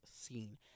scene